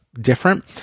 different